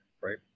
right